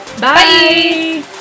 Bye